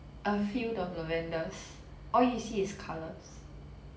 a field of lavenders all you see is colours